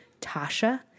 Tasha